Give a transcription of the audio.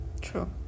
true